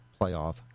playoff